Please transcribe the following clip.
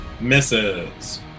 misses